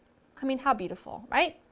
i mean how beautiful, right?